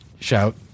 shout